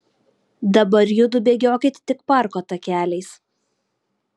dabar judu bėgiokit tik parko takeliais